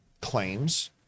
claims